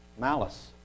malice